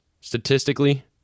statistically